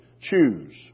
Choose